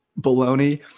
baloney